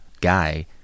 guy